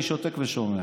אני שותק ושומע,